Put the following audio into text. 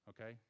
Okay